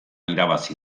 irabazi